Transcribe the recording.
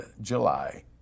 July